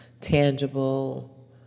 tangible